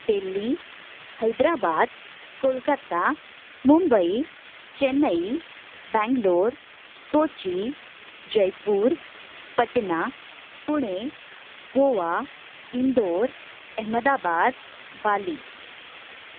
Delhi Hyderabad Kolkata Mumbai Chennai Bangalore Kochi Jaipur Patna Pune Goa Indore Ahmedabad Bali